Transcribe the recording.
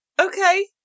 Okay